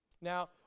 Now